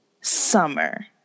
summer